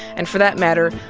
and for that matter,